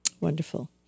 Wonderful